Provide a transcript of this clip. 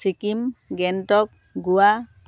Sikkim Gangtok Goa